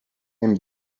نمی